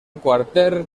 quarter